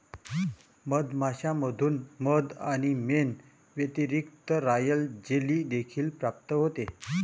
मधमाश्यांमधून मध आणि मेण व्यतिरिक्त, रॉयल जेली देखील प्राप्त होते